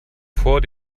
vor